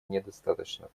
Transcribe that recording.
недостаточно